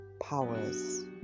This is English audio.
powers